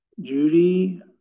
Judy